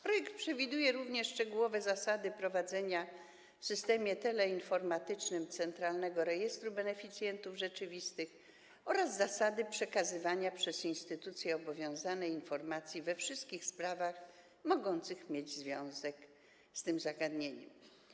Projekt przewiduje również szczegółowe zasady prowadzenia w systemie teleinformatycznym Centralnego Rejestru Beneficjentów Rzeczywistych oraz zasady przekazywania przez instytucje obowiązane informacji we wszystkich sprawach mogących mieć związek z tym zagadnieniem.